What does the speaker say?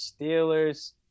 Steelers